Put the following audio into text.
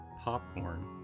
popcorn